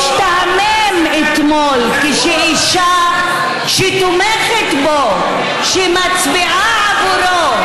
שהשתעמם אתמול כשאישה שתומכת בו, שמצביעה עבורו,